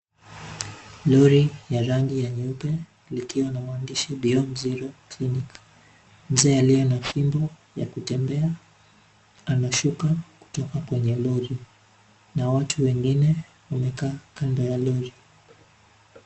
Lori la rangi ya nyeupe, likiwa na maandishi ya Beyond Zero Clinic. Mzee aliye na fimbo, ya kutembea, ameshuka, kutoka kwenye lori, na watu wengine, wamekaa kando ya lori.